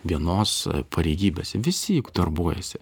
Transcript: vienos pareigybės visi juk darbuojasi